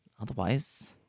Otherwise